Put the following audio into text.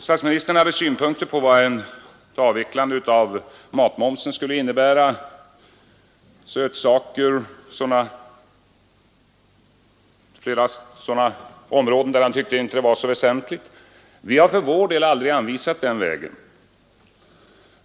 Herr Palme hade synpunkter på vad ett avvecklande av matmomsen skulle innebära. När det gällde sötsaker och liknande tyckte han inte det var så väsentligt. Vi har för vår del heller aldrig anvisat den vägen.